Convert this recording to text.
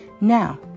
Now